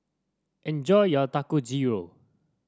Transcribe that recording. enjoy your Dangojiru